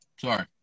Sorry